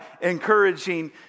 encouraging